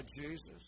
Jesus